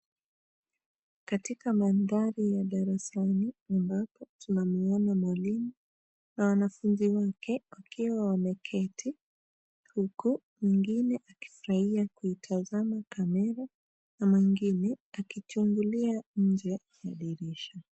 Katika mandhari ya darasani ambapo tunamuona mwalimu na wanafunzi wake wakiwa wameketi huku mwingine akifurahia kuitazama kamera na mwingine akichungulia nje ya dirisha.